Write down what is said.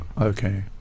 Okay